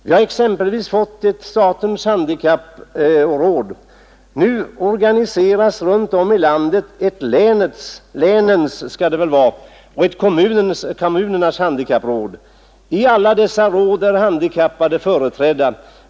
Vi har exempelvis fått ett statens handikappråd. Nu organiseras runt om i landet ett länets och ett kommunens handikappråd. I alla dessa råd är handikappade företrädda.